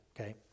okay